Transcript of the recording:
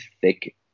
thick